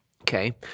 okay